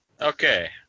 Okay